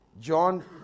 John